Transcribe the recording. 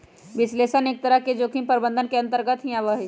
विश्लेषण एक तरह से जोखिम प्रबंधन के अन्तर्गत भी आवा हई